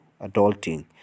Adulting